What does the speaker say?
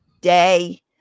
day